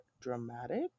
dramatic